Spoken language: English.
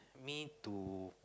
me to